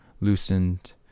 loosened